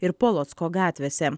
ir polocko gatvėse